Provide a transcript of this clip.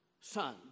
son